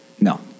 No